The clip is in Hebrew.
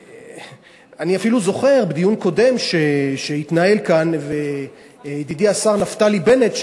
ואני אפילו זוכר שבדיון קודם שהתנהל כאן ידידי השר נפתלי בנט,